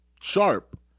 Sharp